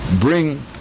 bring